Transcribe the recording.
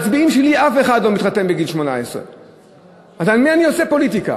אף אחד מהמצביעים שלי לא מתחתן בגיל 18. אז על מי אני עושה פוליטיקה?